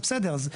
אז בסדר,